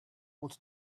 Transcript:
what